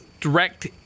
direct